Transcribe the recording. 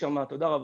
תודה רבה.